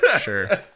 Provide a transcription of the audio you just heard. Sure